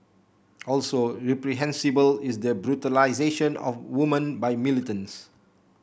also reprehensible is the brutalisation of women by militants